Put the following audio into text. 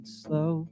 slow